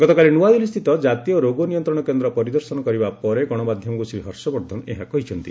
ଗତକାଲି ନୂଆଦିଲ୍ଲୀସ୍ଥିତ ଜାତୀୟ ରୋଗ ନିୟନ୍ତ୍ରଣ କେନ୍ଦ୍ର ପରିଦର୍ଶନ କରିବା ପରେ ଗଣମାଧ୍ୟମକୁ ଶ୍ରୀ ହର୍ଷବର୍ଦ୍ଧନ ଏହା କହିଛନ୍ତି